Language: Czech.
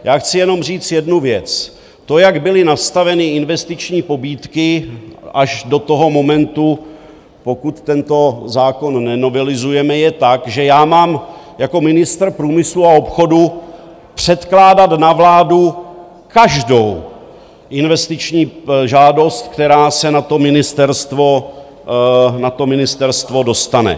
Já chci jenom říct jednu věc: to, jak byly nastaveny investiční pobídky až do toho momentu, dokud tento zákon nenovelizujeme, je tak, že mám jako ministr průmyslu a obchodu předkládat na vládu každou investiční žádost, která se na ministerstvo dostane.